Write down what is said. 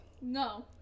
No